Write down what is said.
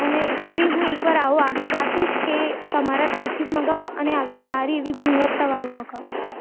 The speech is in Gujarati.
અને ફરી હું એકવાર આવો આગ્રહ રાખીશ કે તમારા ત્યાંથી જ મંગાવું અને આવી સારી એવી ગુણવત્તાવાળું મંગાવું